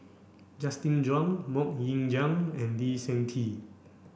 Justin Zhuang Mok Ying Jang and Lee Seng Tee